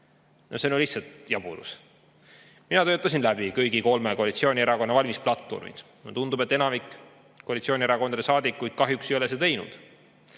see on ju lihtsalt jaburus. Mina töötasin läbi kõigi kolme koalitsioonierakonna valimisplatvormid. Mulle tundub, et enamik koalitsioonierakondade saadikud kahjuks ei ole seda teinud.